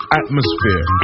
atmosphere